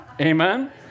Amen